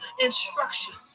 instructions